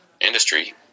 industry